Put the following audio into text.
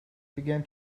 began